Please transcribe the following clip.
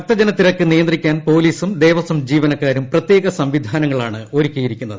ഭക്തജനത്തിരക്ക് നിയന്ത്രിക്കാൻ പോലീസും ദേവസ്വം ജീവനക്കാരും പ്രത്യേക സംവിധാനങ്ങളാണ് ഒരുക്കിയിരിക്കുന്നത്